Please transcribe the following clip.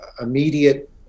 immediate